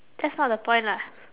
that's not the point lah